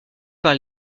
par